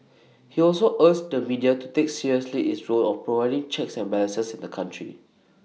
he also urged the media to take seriously its role of providing checks and balances in the country